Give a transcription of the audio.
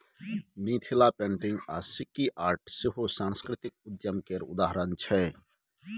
Mithila painting आ Sikki art सेहो सास्कृतिक उद्यम केर उदाहरण छै